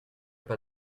pas